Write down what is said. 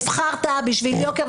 נבחרת בשביל יוקר.